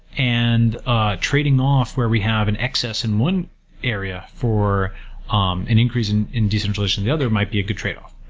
and ah trading off, where we have an excess in one area for um an increase in in decentralization of the other might be a good tradeoff.